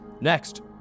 Next